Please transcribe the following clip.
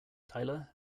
tyler